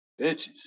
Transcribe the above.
Bitches